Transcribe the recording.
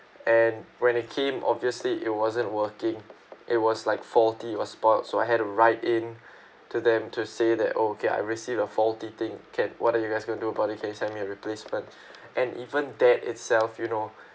and when it came obviously it wasn't working it was like faulty it was spoiled so I had to write in to them to say that okay I received a faulty thing can what are you guys gonna do about it can you send me a replacement and even that itself you know